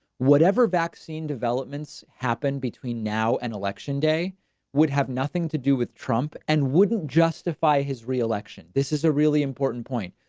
whatever vaccine developments happen between now and election day would have nothing to do with trump and wouldn't justify his reelection. this is a really important point.